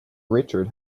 richard